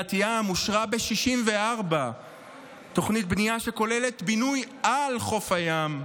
בקריית ים אושרה ב-1964 תוכנית בנייה שכוללת בינוי על חוף הים,